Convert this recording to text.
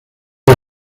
los